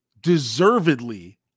deservedly